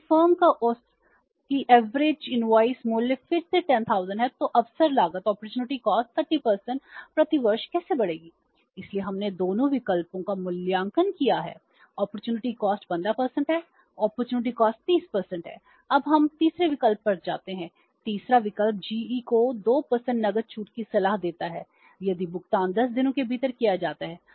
अब हम तीसरे विकल्प पर जाते हैं तीसरा विकल्प GE को 2 नकद छूट की सलाह देता है यदि भुगतान 10 दिनों के भीतर किया जाता है